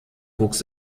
wuchs